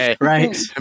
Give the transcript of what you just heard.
Right